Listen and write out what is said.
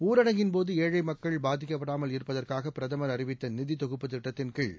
ஊரடங்கின் போது ஏழை மக்கள் பாதிக்கப்படாமல் இருப்பதற்காக பிரதமா் அறிவித்த நிதி தொகுப்பு திட்டத்தின்கீழ்